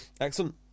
excellent